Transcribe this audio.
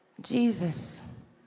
Jesus